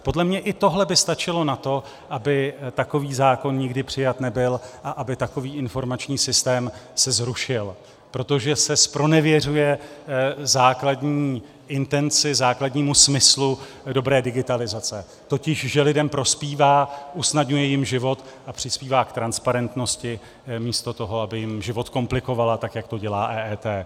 Podle mě by i tohle stačilo na to, aby takový zákon nikdy přijat nebyl a aby se takový informační systém zrušil, protože se zpronevěřuje základní intenci, základnímu smyslu dobré digitalizace, totiž že lidem prospívá, usnadňuje jim život a přispívá k transparentnosti místo toho, aby jim život komplikovala, tak jak to dělá EET.